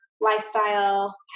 lifestyle